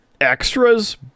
extras